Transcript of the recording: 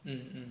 mm mm